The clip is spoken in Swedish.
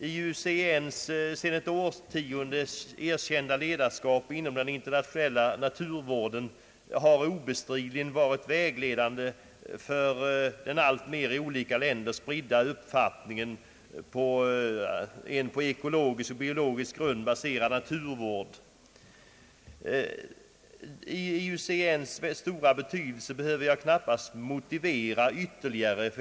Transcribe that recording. IUCN:s sedan ett årtionde erkända ledarskap inom den internationella na turvården har obestridligen varit vägledande för den i olika länder alltmer spridda uppfattningen om vikten av en på ekologisk och biologisk grund baserad naturvård. IUCN:s stora betydelse behöver jag knappast motivera ytterligare.